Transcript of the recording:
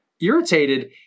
irritated